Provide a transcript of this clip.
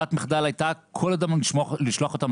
וברירת המחדל הייתה קודם לשלוח אותם